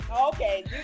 Okay